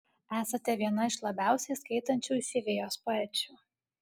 esate viena iš labiausiai skaitančių išeivijos poečių